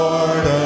Lord